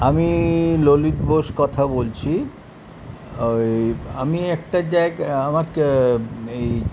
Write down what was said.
আমি ললিত বোস কথা বলছি ওই আমি একটা জায়গায় আমাকে এই